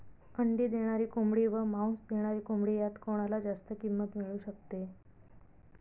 अंडी देणारी कोंबडी व मांस देणारी कोंबडी यात कोणाला जास्त किंमत मिळू शकते?